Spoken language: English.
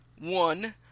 One